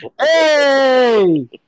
Hey